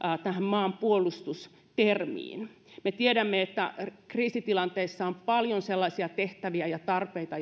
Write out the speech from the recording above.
tähän maanpuolustus termiin me tiedämme että kriisitilanteissa on paljon sellaisia tehtäviä ja tarpeita